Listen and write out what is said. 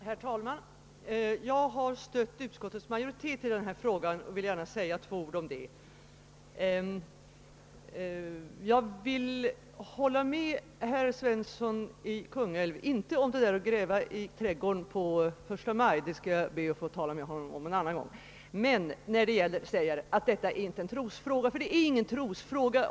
Herr talman! Jag har stött utskottets majoritet i den här frågan och vill gärna säga ett par ord om det. Jag vill hålla med herr Svensson i Kungälv när han säger att det vi nu diskuterar inte är en trosfråga. Däremot vill jag inte hålla med honom om vad han sade om att gräva i trädgårdar 1 maj, men det skall jag tala med honom om en annan gång. Frågan om det aktuella nöjesförbudets vara eller icke vara är alltså inte någon trosfråga.